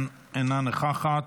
אינה נוכחת,